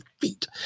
feet